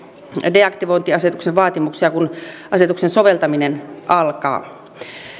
deaktivointiasetuksen vaatimuksia kun asetuksen soveltaminen alkaa